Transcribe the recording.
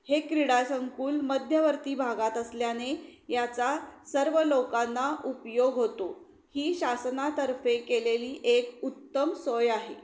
हे क्रीडा संकुल मध्यवर्ती भागात असल्याने याचा सर्व लोकांना उपयोग होतो ही शासनातर्फे केलेली एक उत्तम सोय आहे